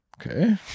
okay